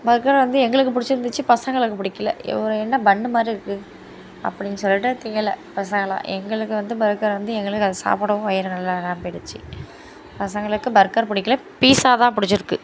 burger வந்து எங்களுக்கு பிடிச்சிருந்துச்சி பசங்களுக்கு பிடிக்கல ஒரு என்ன பன்னு மாதிரி இருக்குது அப்டின்னு சொல்லிவிட்டு திங்கலை பசங்களெலாம் எங்களுக்கு வந்து பர்கர் வந்து எங்களுக்கு அதை சாப்பிடவும் வயிறு நல்லா நிரம்பிடுச்சி பசங்களுக்கு பர்கர் பிடிக்கல பீஸா தான் பிடிச்சிருக்கு